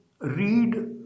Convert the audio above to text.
read